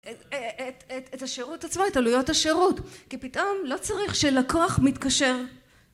את השירות עצמו, את עלויות השירות, כי פתאום לא צריך כשלקח מתקשר